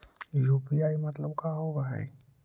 UPI मतलब का होब हइ?